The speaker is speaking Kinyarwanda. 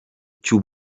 cy’u